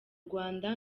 rwanda